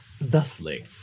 Thusly